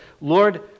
Lord